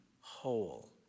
whole